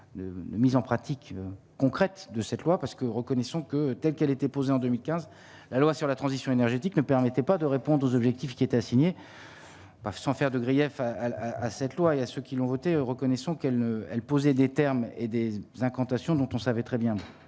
de mise en pratique concrète de cette loi parce que, reconnaissons que telle qu'elle était posée en 2015 la loi sur la transition énergétique ne permettaient pas de répondre aux objectifs qui étaient assignés. Pour son faire de griefs à à cette loi et à ceux qui l'ont voté, reconnaissons qu'elle, elle posait des termes et des oeufs incantation dont on savait très bien